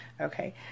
okay